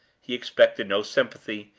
he expected no sympathy,